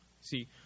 See